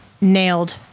nailed